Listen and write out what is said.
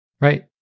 Right